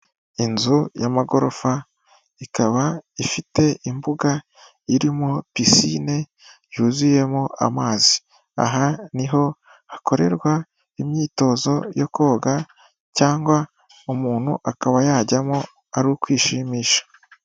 Inzu y'amagorofa ikaba ifite imbuga irimo pisine yuzuyemo amazi, aha niho hakorerwa imyitozo yo koga cyangwa umuntu akaba yajyamo ari ukwishimisha.